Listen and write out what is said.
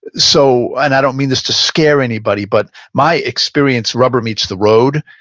so, and i don't mean this to scare anybody, but my experience rubber meets the road,